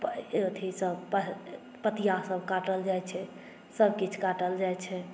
एथीसभ पथिआसभ काटल जाइत छै सभकिछु काटल जाइत छै